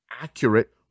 accurate